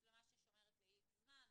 מצלמה ששומרת ל-X זמן,